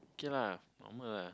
okay lah normal lah